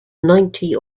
ninety